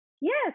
yes